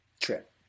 trip